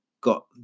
got